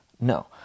No